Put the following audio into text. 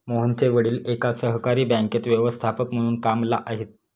मोहनचे वडील एका सहकारी बँकेत व्यवस्थापक म्हणून कामला आहेत